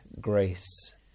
grace